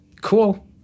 cool